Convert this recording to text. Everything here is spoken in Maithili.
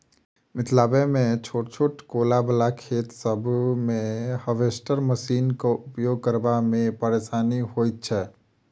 मिथिलामे छोट छोट कोला बला खेत सभ मे हार्वेस्टर मशीनक उपयोग करबा मे परेशानी होइत छै